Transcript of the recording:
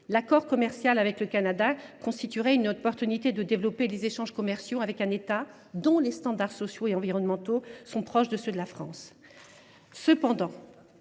l’accord commercial avec le Canada représente donc une occasion de développer les échanges commerciaux avec un État dont les standards sociaux et environnementaux sont proches de ceux de la France.